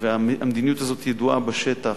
המדיניות הזאת ידועה בשטח,